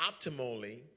optimally